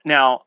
Now